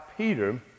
Peter